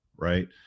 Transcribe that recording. right